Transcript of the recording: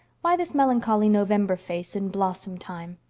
why this melancholy november face in blossom-time?